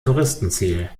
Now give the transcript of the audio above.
touristenziel